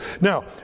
Now